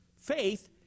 faith